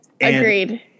Agreed